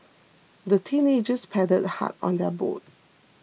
the teenagers paddled hard on their boat